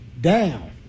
down